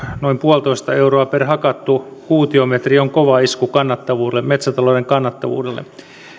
noin yksi pilkku viisi euroa per hakattu kuutiometri on kova isku kannattavuudelle metsätalouden kannattavuudelle